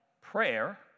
prayer